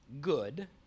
good